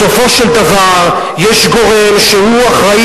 בסופו של דבר יש גורם שהוא אחראי